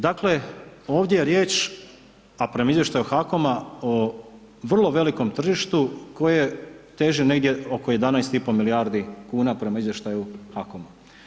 Dakle, ovdje je riječ a prema izvještaju HAKOM-a o vrlo velikom tržištu koje teži negdje oko 11,5 milijardi kuna prema izvještaju HAKOM-a.